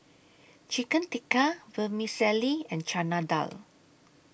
Chicken Tikka Vermicelli and Chana Dal